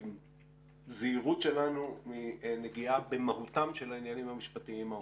את הזהירות שלנו מנגיעה במהותם של העניינים המשפטיים העומדים.